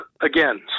Again